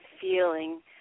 feeling